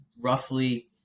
roughly